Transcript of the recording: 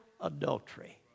adultery